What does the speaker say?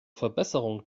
verbesserung